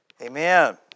Amen